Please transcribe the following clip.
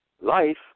life